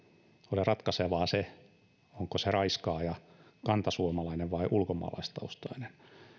ole ratkaisevaa se onko se raiskaaja kantasuomalainen vai ulkomaalaistaustainen